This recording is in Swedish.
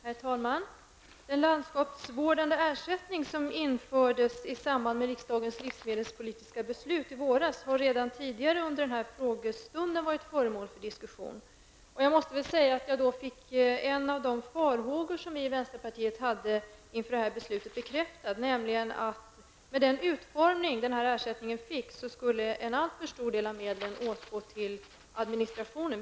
Herr talman! Den landskapsvårdande ersättning som infördes i samband med riksdagens livsmedelspolitiska beslut i våras har redan tidigare under den här frågestunden varit föremål för diskussion. Jag måste säga att jag då fick en av de farhågor som vi i vänsterpartiet hade inför det här beslutet bekräftad, nämligen att med den utformning som den här ersättningen fick en alltför stor del av medlen skulle gå till administrationen.